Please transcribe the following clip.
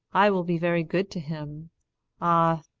i will be very good to him ah,